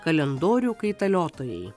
kalendorių kaitaliotojai